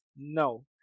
No